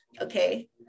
okay